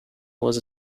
was